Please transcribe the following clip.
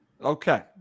Okay